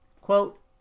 Quote